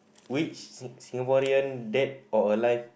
which Sing~ Singaporean dead or alive